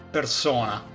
Persona